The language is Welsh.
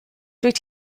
dwyt